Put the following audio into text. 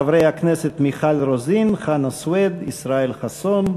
חברי הכנסת מיכל רוזין, חנא סוייד, ישראל חסון.